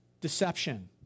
deception